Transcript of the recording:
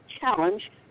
challenge